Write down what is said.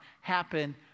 happen